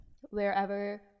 wherever